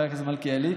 חבר הכנסת מלכיאלי,